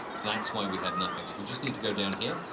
that's why we had nothing. so we just need to go down here.